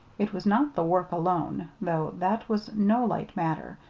it was not the work alone though that was no light matter,